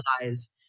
realize